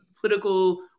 political